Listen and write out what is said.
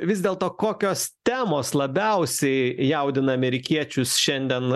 vis dėlto kokios temos labiausiai jaudina amerikiečius šiandien